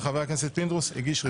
וחבר הכנסת פינדרוס הגיש רביזיה.